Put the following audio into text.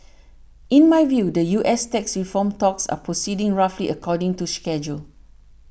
in my view the U S tax reform talks are proceeding roughly according to schedule